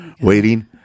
waiting